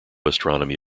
astronomy